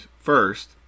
first